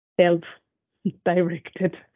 self-directed